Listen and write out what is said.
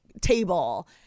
table